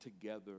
together